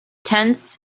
tense